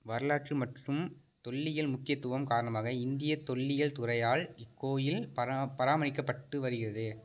வரலாற்று மற்றும் தொல்லியல் முக்கியத்துவம் காரணமாக இந்திய தொல்லியல் துறையால் இக்கோயில் பராமரிக்கப்பட்டு வருகிறது